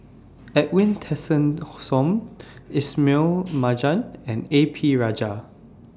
Edwin Tessensohn Ismail Marjan and A P Rajah